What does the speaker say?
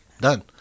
done